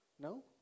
No